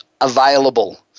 available